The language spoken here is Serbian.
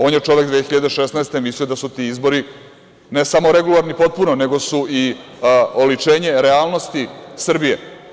On je čovek 2016. godine mislio da su ti izbori ne samo regularni potpuno, nego su i oličenje realnosti Srbije.